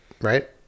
right